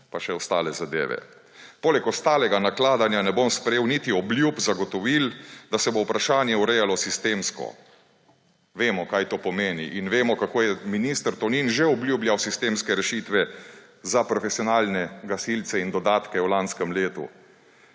pa še ostale zadeve. Poleg ostalega nakladanja ne bom sprejel niti obljub, zagotovil, da se bo vprašanje urejalo sistemsko. Vemo, kaj to pomeni, in vemo, kako je minister Tonin že obljubljal sistemske rešitve za profesionalne gasilce in dodatke v lanskem letu,